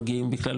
מגיעים בכלל,